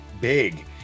big